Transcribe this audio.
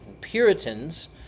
Puritans